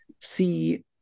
see